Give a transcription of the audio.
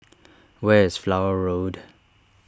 where is Flower Road